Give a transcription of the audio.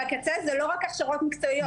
זה לא רק הכשרות מקצועיות.